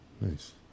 Nice